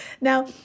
Now